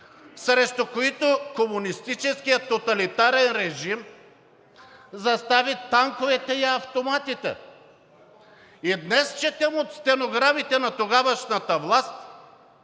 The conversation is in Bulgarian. срещу които комунистическият тоталитарен режим застана с танковете и автоматите. И днес четем от стенограмите на тогавашната власт